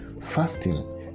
fasting